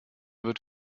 wird